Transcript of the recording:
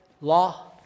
law